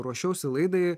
ruošiausi laidai